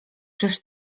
czyż